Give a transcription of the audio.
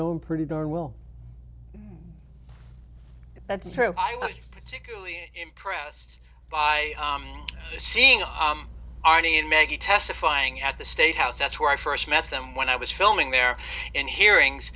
know pretty darn well that's true i was pressed by seeing arnie and maggie testifying at the state house that's where i first met them when i was filming there in hearings